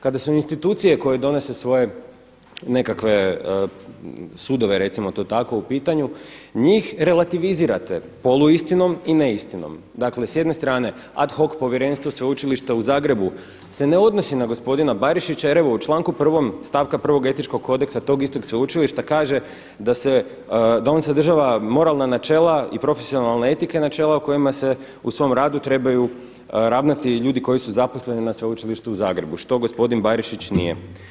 Kada su institucije koje donose svoje nekakve sudove recimo to tako u pitanju, njih relativizirate poluistinom i ne istinom, dakle s jedne strane ad hoc povjerenstvo Sveučilište u Zagrebu se ne odnosi na gospodina Barišića jer evo u članku 1. stavka 1. Etičkog kodeksa tog istog sveučilišta kaže da on sadržava moralna načela i profesionalna etike načela u kojima se u svom radu trebaju ravnati ljudi koji su zaposleni na Sveučilištu u Zagrebu što gospodin Barišić nije.